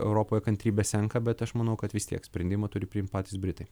europoje kantrybė senka bet aš manau kad vis tiek sprendimą turi priimt patys britai